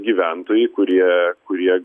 gyventojai kurie kurie